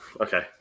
okay